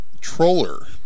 Troller